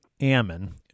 Ammon